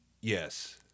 Yes